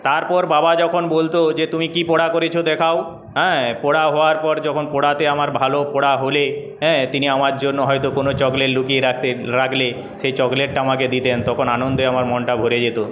তারপর বাবা যখন বলতো যে তুমি কি পড়া করছো দেখাও হ্যাঁ পড়া হওয়ার পর যখন পড়াতে আমার ভালো পড়া হলে হ্যাঁ তিনি আমার জন্য হয়তো কোন চকলেট লুকিয়ে রাখতেন রাখলে সেই চকলেটটা আমাকে দিতেন তখন আনন্দে আমার মনটা ভরে যেতো